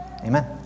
Amen